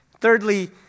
Thirdly